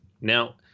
Now